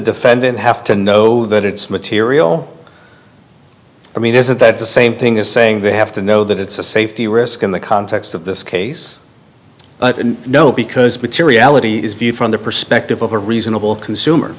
defendant have to know that it's material i mean isn't that the same thing as saying they have to know that it's a safety risk in the context of this case no because materiality is viewed from the perspective of a reasonable consumer